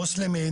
מוסלמי,